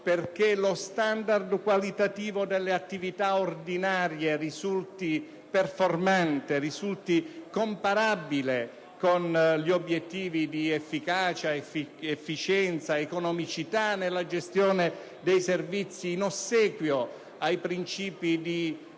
perché lo standard qualitativo nelle attività ordinarie risulti performante, risulti comparabile con gli obiettivi di efficacia, efficienza ed economicità nella gestione dei servizi, in ossequio ai principi di competitività